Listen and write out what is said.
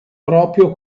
proprio